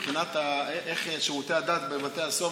מבחינת שירותי הדת בבתי הסוהר,